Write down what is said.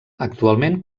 actualment